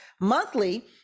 monthly